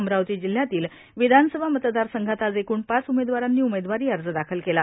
अमरावती जिल्ह्यातील विधानसभा मतदारसंघात आज एकूण पाच उमेदवारांनी उमेदवारी अर्ज दाखल केलं